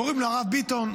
קוראים לו הרב ביטון.